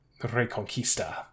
Reconquista